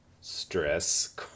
Stress